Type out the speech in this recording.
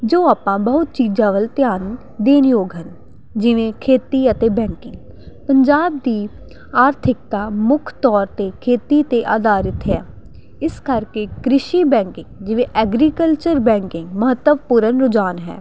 ਜੋ ਆਪਾਂ ਬਹੁਤ ਚੀਜ਼ਾਂ ਵੱਲ ਧਿਆਨ ਦੇਣ ਯੋਗ ਹਨ ਜਿਵੇਂ ਖੇਤੀ ਅਤੇ ਬੈਂਕਿੰਗ ਪੰਜਾਬ ਦੀ ਆਰਥਿਕਤਾ ਮੁੱਖ ਤੌਰ 'ਤੇ ਖੇਤੀ 'ਤੇ ਆਧਾਰਿਤ ਹੈ ਇਸ ਕਰਕੇ ਕ੍ਰਿਸ਼ੀ ਬੈਂਕਿੰਗ ਜਿਵੇਂ ਐਗਰੀਕਲਚਰ ਬੈਂਕਿੰਗ ਮਹੱਤਵਪੂਰਨ ਰੁਝਾਨ ਹੈ